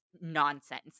nonsense